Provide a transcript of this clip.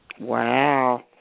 Wow